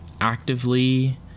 actively